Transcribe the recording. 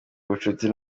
ubucuti